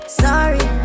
sorry